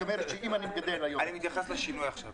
אני מתייחס עכשיו לשינוי.